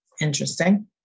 Interesting